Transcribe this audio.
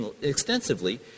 extensively